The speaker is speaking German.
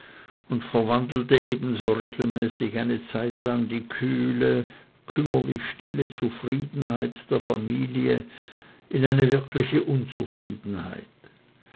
und verwandelte ebenso regelmäßig eine zeitlang die kühle kümmerlich stille zufriedenheit der familie in eine wirkliche unzufriedenheit